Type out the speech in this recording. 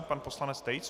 Pan poslanec Tejc.